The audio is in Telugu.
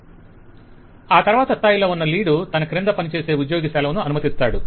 వెండర్ ఆ తరువాత స్థాయిలో ఉన్న లీడ్ తన క్రింద పనిచేసే ఉద్యోగి సెలవును అనుమతిస్తాడు